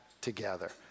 together